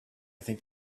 think